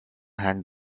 hand